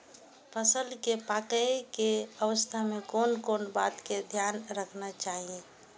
फसल के पाकैय के अवस्था में कोन कोन बात के ध्यान रखना चाही?